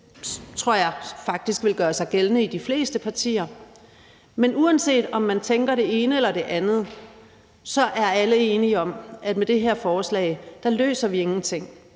Det tror jeg faktisk vil gøre sig gældende i de fleste partier. Men uanset om man tænker det ene eller det andet, er alle enige om, at med det her forslag løser vi ingenting.